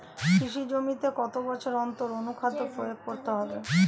কৃষি জমিতে কত বছর অন্তর অনুখাদ্য প্রয়োগ করতে হবে?